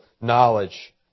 knowledge